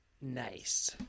Nice